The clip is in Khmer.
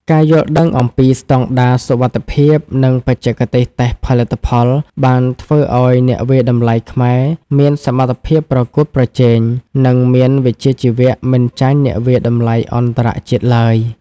ការយល់ដឹងអំពីស្តង់ដារសុវត្ថិភាព និងបច្ចេកទេសតេស្តផលិតផល បានធ្វើឱ្យអ្នកវាយតម្លៃខ្មែរមានសមត្ថភាពប្រកួតប្រជែង និងមានវិជ្ជាជីវៈមិនចាញ់អ្នកវាយតម្លៃអន្តរជាតិឡើយ។